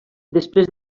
després